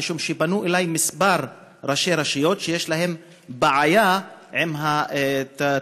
כי פנו אלי כמה ראשי רשויות שיש להם בעיה עם התשלומים,